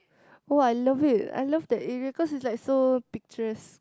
oh I love it I love that area cause it's like so picturesque